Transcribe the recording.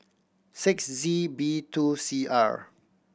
six Z B two C R